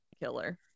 killer